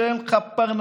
שאין לך פרנסה.